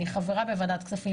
אני חברה בוועדת הכספים,